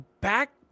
back